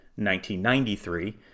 1993